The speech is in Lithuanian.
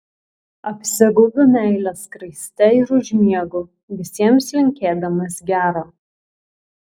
apsigaubiu meilės skraiste ir užmiegu visiems linkėdamas gero